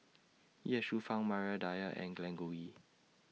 Ye Shufang Maria Dyer and Glen Goei